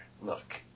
look